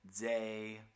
day